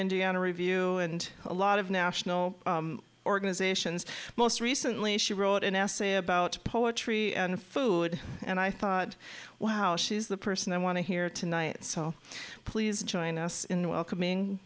indiana review and a lot of national organizations most recently she wrote an essay about poetry and food and i thought wow she is the person i want to hear tonight so please join us in welcoming